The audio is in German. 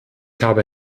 habe